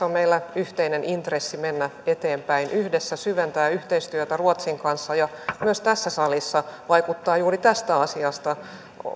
on meillä yhteinen intressi mennä eteenpäin yhdessä syventää yhteistyötä ruotsin kanssa ja myös tässä salissa vaikuttaa juuri tästä asiasta